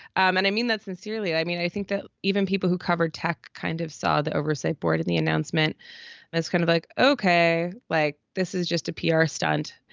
um and i mean that sincerely. i mean, i think that even people who covered tech kind of saw the oversight board in the announcement as kind of like, okay, like this is just a pr stunt.